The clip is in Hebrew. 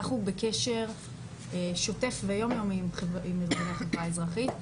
אנחנו בקשר שוטף ויום-יומי עם ארגוני החברה האזרחית,